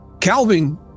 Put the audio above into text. Calvin